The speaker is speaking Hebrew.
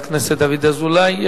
חבר הכנסת דוד אזולאי.